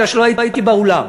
בגלל שלא הייתי באולם,